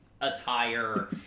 attire